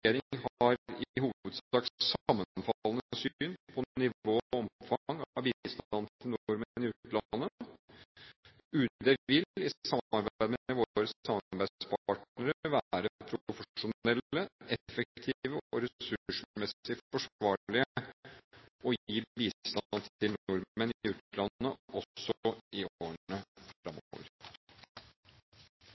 omfang av bistand til nordmenn i utlandet. Vi vil i samarbeid med UDs samarbeidspartnere være profesjonelle, effektive og ressursmessig forsvarlige og gi bistand til nordmenn i utlandet også i